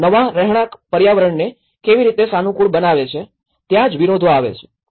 તેઓ નવા રહેણાંક પર્યાવરણને કેવી રીતે સાનુકૂળ બનાવે છે ત્યાંજ વિરોધો આવે છે